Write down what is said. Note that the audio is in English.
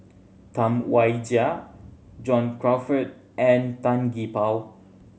Tam Wai Jia John Crawfurd and Tan Gee Paw